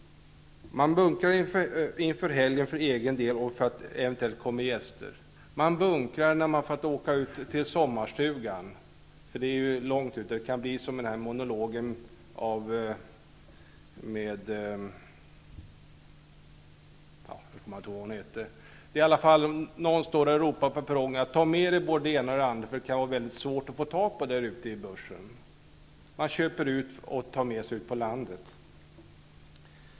Man bunkrar inför helgen för egen del och för att det eventuellt kommer gäster. Man bunkrar innan man åker ut till sommarstugan, eftersom den kan ligga långt ute på landet. Det kan vara ungefär som i den berömda monologen, då någon står på perrongen och ropar: Tag med dig både det ena och andra för det kan vara väldigt vårt att få tag på det där ute i bushen. Man köper alltså ut innan man åker ut på landet.